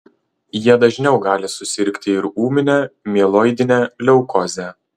jie dažniau gali susirgti ir ūmine mieloidine leukoze